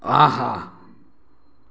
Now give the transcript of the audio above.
ஆஹா